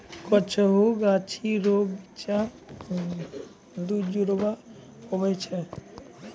कुछु गाछी रो बिच्चा दुजुड़वा हुवै छै